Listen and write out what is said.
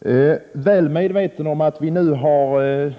Vi är väl medvetna om att det nu pågår